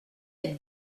être